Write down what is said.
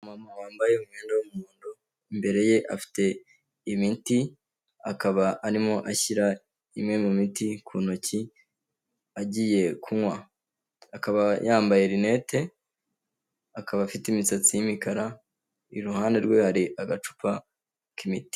Umumama wambaye umwenda w'umuhondo, imbere ye afite imiti akaba arimo ashyira imwe mu miti ku ntoki agiye kunywa. Akaba yambaye lunette, akaba afite imisatsi y'imikara, iruhande rwe hari agacupa k'imiti.